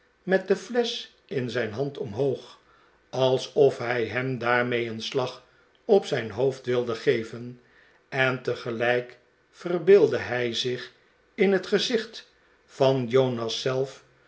met de flesch in zijn hand omhoog alsof hij hem daarmee een slag op zijn hoofd wilde geven en tegelijk verbeeldde hij zich in het gezicht van jonas